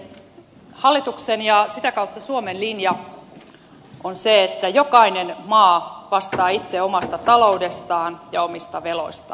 hallituksen ja sitä kautta suomen linja on se että jokainen maa vastaa itse omasta taloudestaan ja omista veloistaan